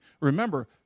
remember